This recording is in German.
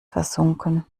versunken